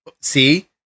see